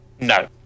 no